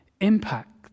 impact